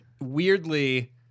weirdly